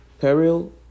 peril